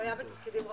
הוא היה בתפקידים רבים.